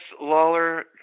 Lawler